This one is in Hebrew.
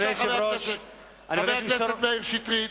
בבקשה, חבר הכנסת מאיר שטרית.